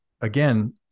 again